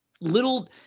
Little